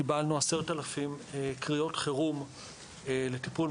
קיבלנו 10,000 קריאות חירום לטיפול,